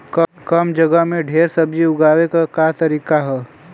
कम जगह में ढेर सब्जी उगावे क का तरीका ह?